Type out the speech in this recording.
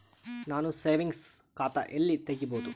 ನಾನು ಸೇವಿಂಗ್ಸ್ ಖಾತಾ ಎಲ್ಲಿ ತಗಿಬೋದು?